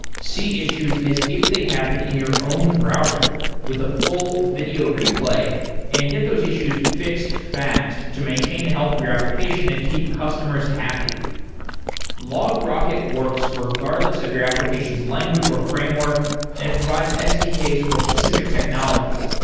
see issues as if they happen in your own browser with a full video replay and get those issues fixed fast to maintain the health of your application and keep customers happy logrocket works regardless of your applications language, or framework and it provides sdks for specific technologies.